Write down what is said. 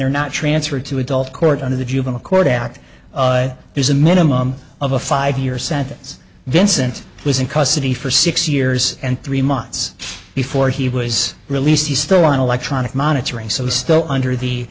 they're not transferred to adult court under the juvenile court act there's a minimum of a five year sentence vincent was in custody for six years and three months before he was released he's still on electronic monitoring so he's still under the